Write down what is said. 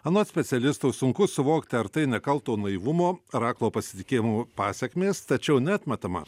anot specialistų sunku suvokti ar tai nekalto naivumo ar aklo pasitikėjimo pasekmės tačiau neatmetama